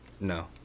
No